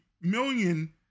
million